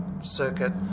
circuit